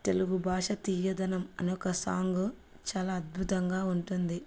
తెలుగు భాష తీయధనం అనే ఒక సాంగు చాలా అద్భుతంగా ఉంటుంది